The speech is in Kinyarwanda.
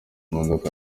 imodoka